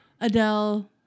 Adele